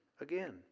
again